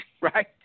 right